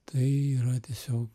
tai yra tiesiog